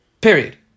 Period